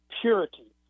purity